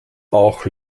auch